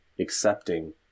accepting